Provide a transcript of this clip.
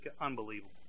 unbelievable